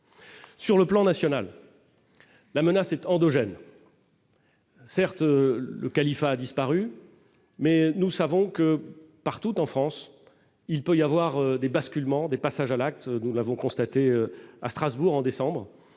Sur le plan national, la menace est endogène. Certes le califat a disparu, mais nous savons que, partout en France, il peut y avoir des basculements des passages à l'acte, nous l'avons constaté à Strasbourg en décembre